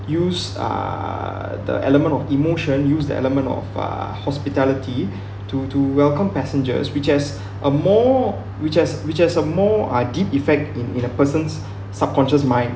use uh the element of emotion use the element of uh hospitality to to welcome passengers which has a more which has which has a more I give effect in a in a person's subconscious mind